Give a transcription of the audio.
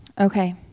Okay